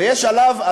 ויש עליו,